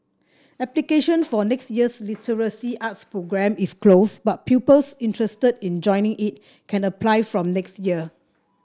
application for next year's literary arts programme is closed but pupils interested in joining it can apply from next year